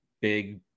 big